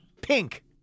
Pink